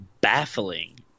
baffling